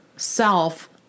Self